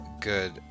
good